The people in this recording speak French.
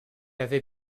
avait